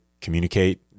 communicate